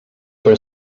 per